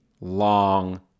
long